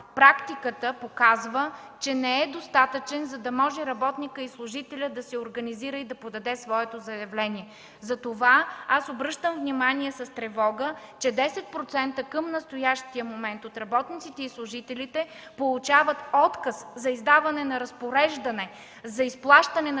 практиката показва, че не е достатъчен, за да може работникът и служителят да се организира и да подаде своето заявление. Затова аз обръщам внимание с тревога, че към настоящия момент 10% от работниците и служителите получават отказ за издаване на разпореждане за изплащане на